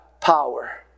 power